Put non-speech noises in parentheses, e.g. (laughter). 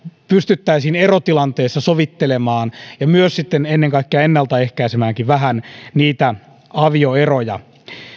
pystyttäisiin erotilanteessa sovittelemaan ja myös ennen kaikkea ennalta ehkäisemäänkin vähän (unintelligible) niitä avioeroja